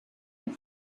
und